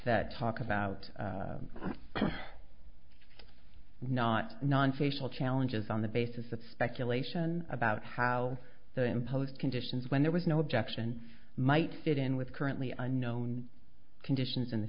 that talk about not nonsocial challenges on the basis of speculation about how the imposed conditions when there was no objection might fit in with currently unknown conditions in the